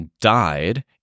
died